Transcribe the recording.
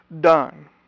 done